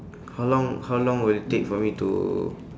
how long how long will it take for me to